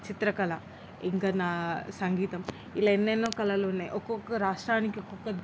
చిత్రకళ ఇంకా నా సంగీతం ఇలా ఎన్నెన్నో కళలు ఉన్నాయి ఒక్కొక్క రాష్ట్రానికి ఒక్కొక్క